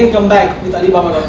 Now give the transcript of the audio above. and come back with alibaba